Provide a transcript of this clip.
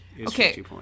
Okay